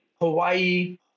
Hawaii